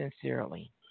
sincerely